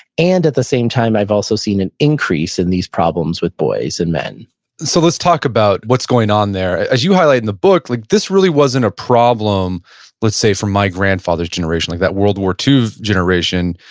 and at the same time, i've also seen an increase in these problems with boys and men so let's talk about what's going on there. as you highlight in the book, like this really wasn't a problem let's say from my grandfather's generation, like that world war ii generation.